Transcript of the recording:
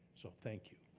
so thank you.